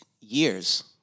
years